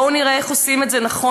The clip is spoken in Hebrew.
בואו נראה איך עושים את זה נכון.